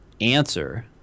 answer